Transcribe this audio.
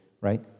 right